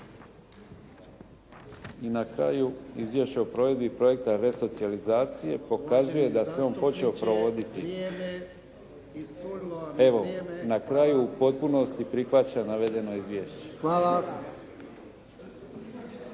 I na kraju, izvješće o provedbi projekta resocijalizacije pokazuje da se on počeo provoditi. …/Upadica se ne razumije./… Evo na kraju u potpunosti prihvaćam navedeno izvješće.